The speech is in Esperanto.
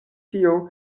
tio